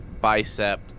bicep